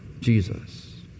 Jesus